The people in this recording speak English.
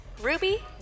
Ruby